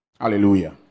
Hallelujah